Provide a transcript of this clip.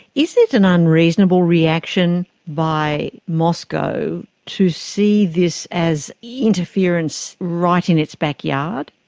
is it an unreasonable reaction by moscow to see this as interference right in its backyard?